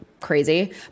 crazy